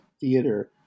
theater